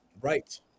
Right